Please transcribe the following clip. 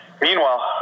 meanwhile